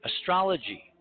astrology